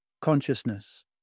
consciousness